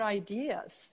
ideas